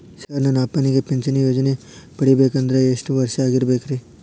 Sir ನನ್ನ ಅಪ್ಪನಿಗೆ ಪಿಂಚಿಣಿ ಯೋಜನೆ ಪಡೆಯಬೇಕಂದ್ರೆ ಎಷ್ಟು ವರ್ಷಾಗಿರಬೇಕ್ರಿ?